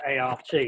ART